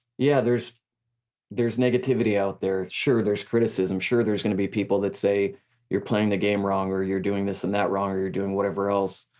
yeah, there's there's negativity out there, sure there's criticism, sure there's gonna be people that say you're playing the game wrong or you're doing this and that wrong or you're doing whatever else,